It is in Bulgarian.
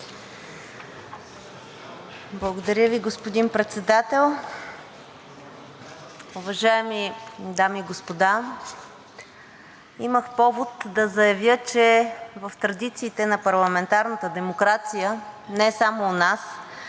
Благодаря Ви, господин Председател. Уважаеми дами и господа, имах повод да заявя, че в традициите на парламентарната демокрация не само у нас,